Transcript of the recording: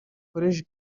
koleji